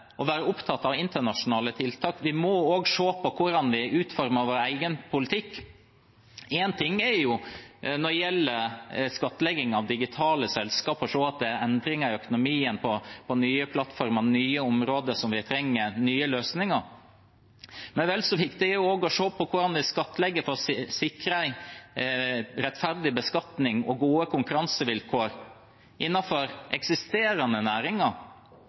være opptatt av internasjonale tiltak. Vi må også se på hvordan vi utformer vår egen politikk. Når det gjelder skattlegging av digitale selskaper, er én ting å se at det er endringer i økonomien, med nye plattformer og nye områder som gjør at vi trenger nye løsninger, men vel så viktig er det å se hvordan en skal skattlegge for å sikre en rettferdig beskatning og gode konkurransevilkår innenfor eksisterende næringer,